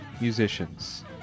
musicians